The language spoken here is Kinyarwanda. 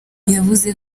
yavuze